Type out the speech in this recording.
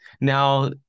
Now